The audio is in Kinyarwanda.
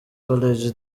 college